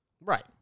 Right